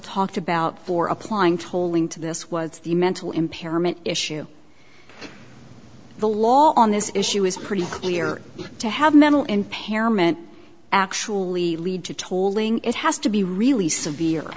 talked about for applying tolling to this was the mental impairment issue the law on this issue is pretty clear to have mental impairment actually lead to told it has to be really severe